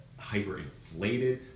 hyperinflated